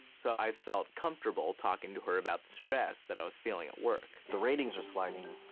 so i felt comfortable talking to her about the stress that i was feeling at work. the ratings are sliding.